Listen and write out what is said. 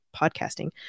podcasting